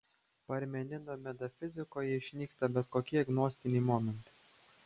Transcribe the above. parmenido metafizikoje išnyksta bet kokie gnostiniai momentai